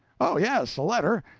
oh, yes, a letter.